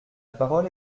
parole